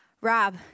Rob